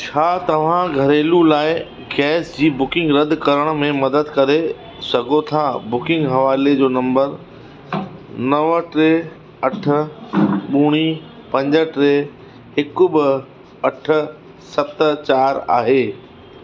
छा तव्हां घरेलू लाइ गैस जी बुकिंग रदि करण में मदद करे सघो था बुकिंग हवाले जो नंबर नव टे अठ ॿुड़ी पंज टे हिकु ॿ अठ सत चारि आहे